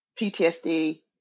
PTSD